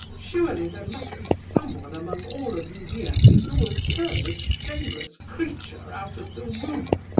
surely there must be someone among all of you here who will turn this shameless creature out of the room?